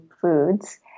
foods